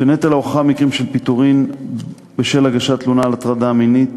שנטל ההוכחה במקרים של פיטורים בשל הגשת תלונה על הטרדה מינית